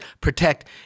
protect